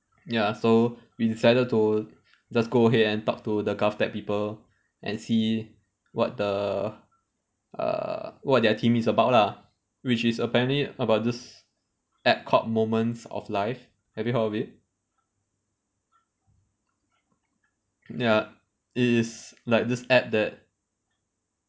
ya so we decided to just go ahead and talk to the GovTech people and see what the uh what their team is about lah which is apparently about just ad hoc moments of life have you heard of it ya it is like just add that